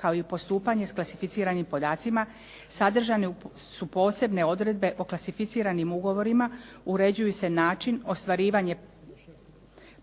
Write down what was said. kao i postupanje s klasificiranim podacima sadržane su posebne odredbe o klasificiranim ugovorima, uređuje se način ostvarivanje